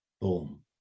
boom